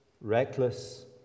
reckless